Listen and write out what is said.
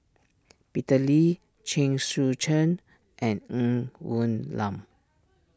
Peter Lee Chen Sucheng and Ng Woon Lam